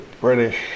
British